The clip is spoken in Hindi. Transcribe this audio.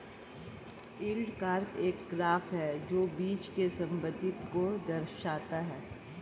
यील्ड कर्व एक ग्राफ है जो बीच के संबंध को दर्शाता है